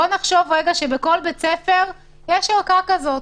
נניח שבכל בית ספר יש ערכה כזאת,